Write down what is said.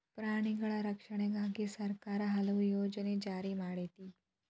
ಪ್ರಾಣಿಗಳ ರಕ್ಷಣೆಗಾಗಿನ ಸರ್ಕಾರಾ ಹಲವು ಯೋಜನೆ ಜಾರಿ ಮಾಡೆತಿ